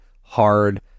hard